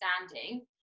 understanding